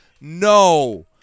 No